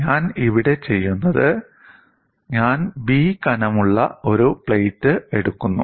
ഞാൻ ഇവിടെ ചെയ്യുന്നത് ഞാൻ 'B' കനമുള്ള ഒരു പ്ലേറ്റ് എടുക്കുന്നു